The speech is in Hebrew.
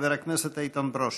חבר הכנסת איתן ברושי.